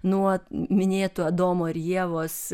nuo minėtų adomo ir ievos